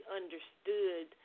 understood